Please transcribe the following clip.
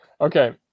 Okay